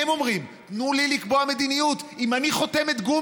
אתה מחסל את זה עכשיו.